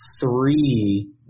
three